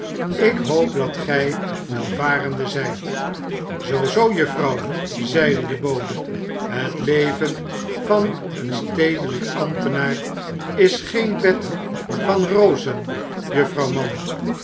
ik hoop dat welvarende zijt zoo zoo juffrouw zeide de bode het leven van een stedelijk ambtenaar is geen bed van rozen juffrouw mann